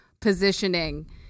positioning